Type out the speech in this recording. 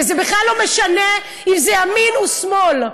וזה בכלל לא משנה אם זה ימין או שמאל.